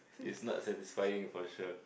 is not satisfying for sure